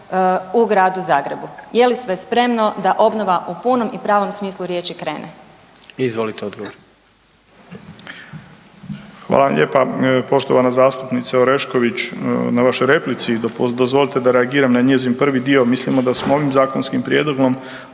u Gradu Zagrebu? Je li sve spremno da obnova u punom i pravom smislu riječi krene? **Jandroković, Gordan (HDZ)** Izvolite odgovor. **Ćorić, Tomislav (HDZ)** Hvala vam lijepa poštovana zastupnice Orešković na vašoj replici i dozvolite da reagiram na njezin prvi dio. Mislimo da smo ovim zakonskim prijedlogom